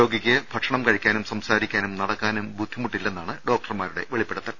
രോഗിയ്ക്ക് ഭക്ഷണം കഴി ക്കാനും സംസാരിക്കാനും നടക്കാനും ബുദ്ധിമുട്ടില്ലെ ന്നാണ് ഡോക്ടർമാരുടെ വെളിപ്പെടുത്തൽ